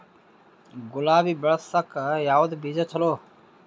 ಗುಲಾಬಿ ಬೆಳಸಕ್ಕ ಯಾವದ ಬೀಜಾ ಚಲೋ?